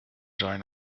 join